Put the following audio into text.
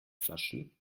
flaschen